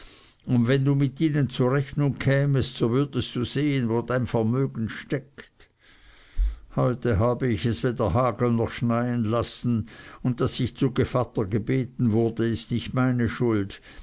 und wenn du mit ihnen zur rechnung kämest so würdest du sehen wo dein vermögen steckt heute habe ich weder hageln noch schneien lassen und daß ich zu gevatter gebeten wurde ist nicht meine schuld